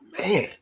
Man